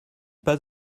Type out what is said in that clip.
pas